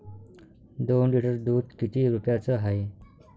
दोन लिटर दुध किती रुप्याचं हाये?